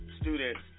students